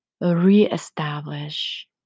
reestablish